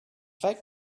fact